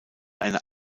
eine